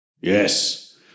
Yes